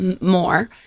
more